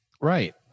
Right